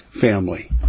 family